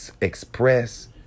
express